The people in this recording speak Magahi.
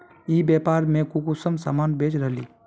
ई व्यापार में कुंसम सामान बेच रहली?